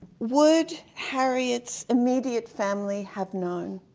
would harriet's immediate family have known?